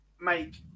make